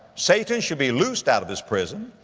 satan shall be loosed out of his prison,